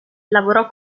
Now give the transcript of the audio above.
lavorò